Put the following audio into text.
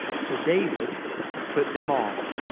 so david put them off.